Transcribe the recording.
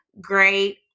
great